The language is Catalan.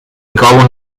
cauen